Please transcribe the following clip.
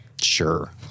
sure